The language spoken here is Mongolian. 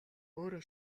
өөрөө